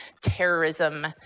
terrorism